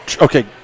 Okay